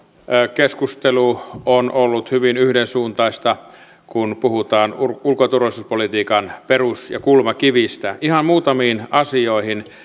keskustelu on ollut hyvin yhdensuuntaista kun puhutaan ulko ja turvallisuuspolitiikan perus ja kulmakivistä ihan muutamiin asioihin